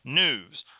news